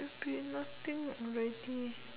be nothing already